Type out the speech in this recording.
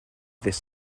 this